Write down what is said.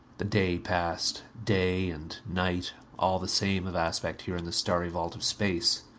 the day passed. day and night, all the same of aspect here in the starry vault of space.